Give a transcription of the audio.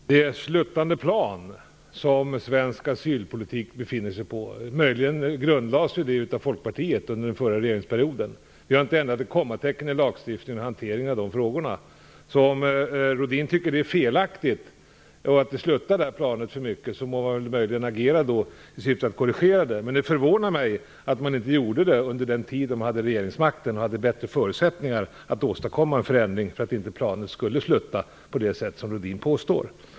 Herr talman! Det sluttande plan som svensk asylpolitik befinner sig på grundlades möjligen av Folkpartiet under den förra regeringsperioden. Vi har inte ändrat ett kommatecken i lagtexten när det gäller hanteringen av de frågorna. Om Lennart Rohdin tycker att hanteringen är felaktig och att planet sluttar för mycket må han möjligen agera i syfte att korrigera det. Men det förvånar mig att man inte gjorde det under den tid man hade regeringsmakten och hade bättre förutsättningar att åstadkomma en förändring för att inte planet skulle slutta på det sätt som Rohdin påstår.